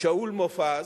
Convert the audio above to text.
שאול מופז,